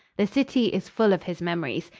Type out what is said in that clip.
the city is full of his memories.